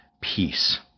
peace